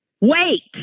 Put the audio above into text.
Wait